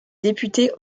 député